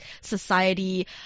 society